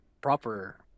proper